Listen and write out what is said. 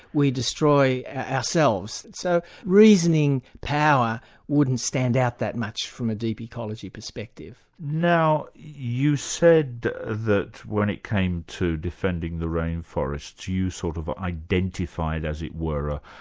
we destroy ourselves. so reasoning power wouldn't stand out that much from a deep ecology perspective. now you said that when it came to defending the rainforest, you sort of identified as it were,